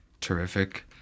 Terrific